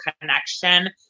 connection